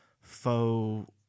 faux